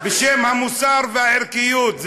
בשם המוסר והערכיות.